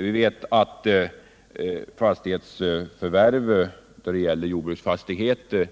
Vi vet att vid förvärv av jordbruksfastigheter